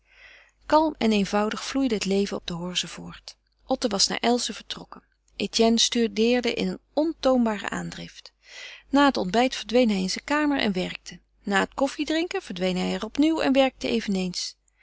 kalm en eenvoudig vloeide het leven op de horze voort otto was naar elzen vertrokken etienne studeerde in een ontoombare aandrift na het ontbijt verdween hij in zijn kamer en werkte na het koffiedrinken verdween hij er opnieuw en werkte eveneens